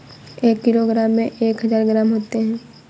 एक किलोग्राम में एक हज़ार ग्राम होते हैं